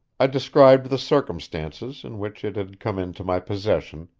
i described the circumstances in which it had come into my possession,